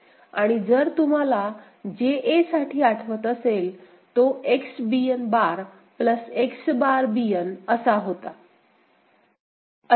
आणि जर तुम्हाला JA साठी आठवत असेल तो X Bn bar plus X bar Bn असा होता